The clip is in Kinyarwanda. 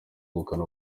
ubukana